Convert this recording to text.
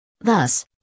Thus